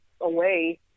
away